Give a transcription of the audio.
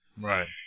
Right